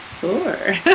sure